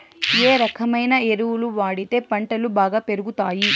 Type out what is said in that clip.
ఏ రకమైన ఎరువులు వాడితే పంటలు బాగా పెరుగుతాయి?